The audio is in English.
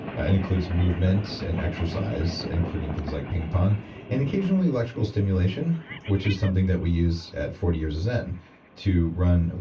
ah and includes movement and exercise, including things like ping-pong and occasionally electrical stimulation which is something that use at forty years of zen to run,